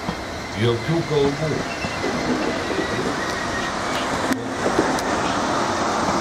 jokių kalbų tarė jis ir išplėšė ąsotį nedui iš rankų